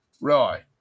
Right